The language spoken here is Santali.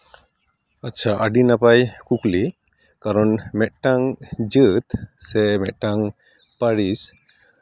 ᱟᱪᱪᱷᱟ ᱟᱹᱰᱤ ᱱᱟᱯᱟᱭ ᱠᱩᱠᱞᱤ ᱠᱟᱨᱚᱱ ᱢᱤᱫᱴᱟᱝ ᱡᱟᱹᱛ ᱥᱮ ᱢᱤᱫᱴᱟᱝ ᱯᱟᱹᱨᱤᱥ